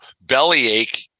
bellyache